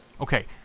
Okay